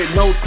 no